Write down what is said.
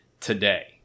today